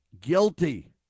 guilty